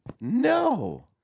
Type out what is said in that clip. no